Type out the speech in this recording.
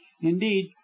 Indeed